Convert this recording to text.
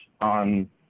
on